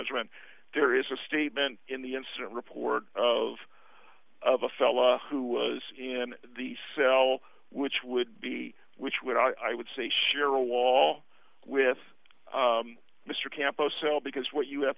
judgment there is a statement in the incident report of of a fellow who was in the cell which would be which would i would say share a wall with mr campo cell because what you have